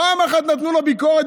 פעם אחת נתנו לו ביקורת,